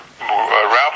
Ralph